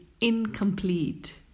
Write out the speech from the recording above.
incomplete